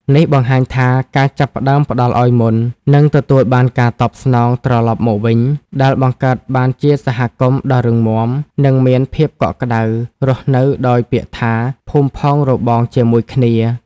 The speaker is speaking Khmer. នេះបង្ហាញថា ការចាប់ផ្តើមផ្តល់ឲ្យមុន នឹងទទួលបានការតបស្នងត្រឡប់មកវិញ ដែលបង្កើតបានជាសហគមន៍ដ៏រឹងមាំ និងមានភាពកក់ក្តៅ រស់នៅដោយពាក្យថា "ភូមិផងរបងជាមួយគ្នា"។